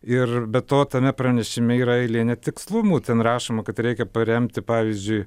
ir be to tame pranešime yra eilė netikslumų ten rašoma kad reikia paremti pavyzdžiui